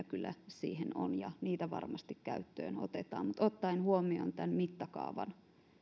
kyllä siihen on ja niitä varmasti käyttöönotetaan mutta ottaen huomioon tämän mittakaavan